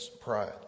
pride